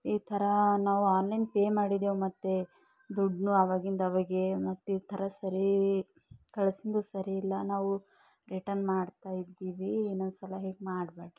ಈ ಥರ ನಾವು ಆನ್ಲೈನ್ ಪೇ ಮಾಡಿದ್ದೆವು ಮತ್ತು ದುಡ್ಡುನೂ ಆವಾಗಿಂದ ಅವಾಗೇ ಮತ್ತು ಈ ಥರ ಸರಿ ಕಳಿಸಿದ್ದು ಸರಿ ಇಲ್ಲ ನಾವು ರಿಟರ್ನ್ ಮಾಡ್ತಾಯಿದ್ದೀವಿ ಇನ್ನೊಂದ್ಸಲ ಹೀಗೆ ಮಾಡಬೇಡ್ರಿ